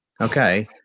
Okay